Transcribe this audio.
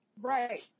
Right